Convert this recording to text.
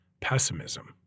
pessimism